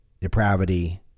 depravity